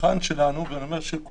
אבל המבחן שלנו,